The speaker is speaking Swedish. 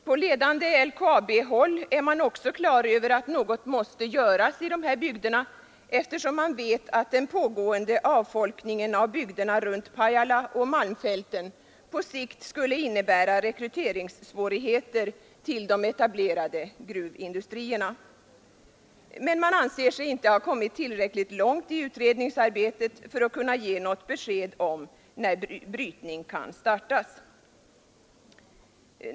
På ledande LKAB-håll är man också på det klara med att något måste göras, eftersom man vet att den pågående avfolkningen av byarna runt Pajala och malmfälten på sikt innebär rekryteringssvårigheter till de etablerade gruvindustrierna. Men man anser sig inte ha kommit tillräckligt långt i utredningsarbetet för att kunna ge något besked om när brytning kan startas.